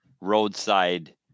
roadside